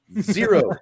Zero